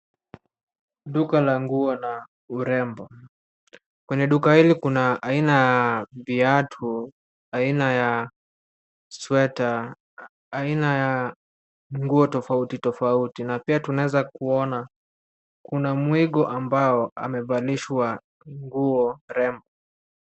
Duka la nguo na urembo. Kwenye duka hili kuna aina ya viatu, aina ya sweta, aina ya nguo tofauti tofauti na pia tunaweza kuona kuna mwigo ambao amevalishwa nguo rembo.